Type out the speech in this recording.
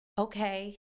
okay